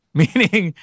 meaning